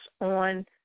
on